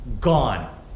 gone